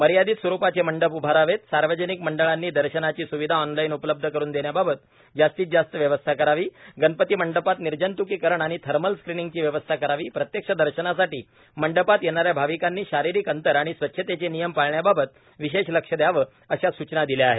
मर्यादित स्वरूपाचे मंडप उभारावेत सार्वजनिक मंडळांनी दर्शनाची स्विधा ऑनलाईन उपलब्ध करून देण्याबाबत जास्तीत जास्त व्यवस्था करावी गणपती मंडपात निर्जंतुकीकरण आणि थर्मल स्क्रिनिंगची व्यवस्था असावी प्रत्यक्ष दर्शनासाठी मंडपात येणाऱ्या भाविकांनी शारीरिक अंतर आणि स्वच्छतेचे नियम पाळण्याबाबत विशेष लक्ष द्यावं अशा सूचना दिल्या आहेत